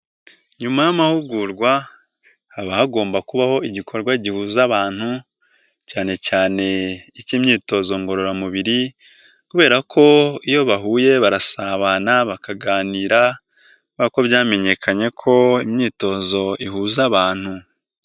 Nyuma y'amahugurwa haba hagomba kubaho igikorwa gihuza abantu, cyane cyane icy'imyitozo ngororamubiri kubera ko iyo bahuye barasabana, bakaganira kubera ko byamenyekanye ko imyitozo ihuza abantu.